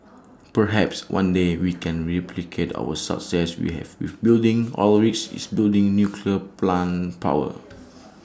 perhaps one day we can replicate our success we have with building oil rigs is building nuclear plant power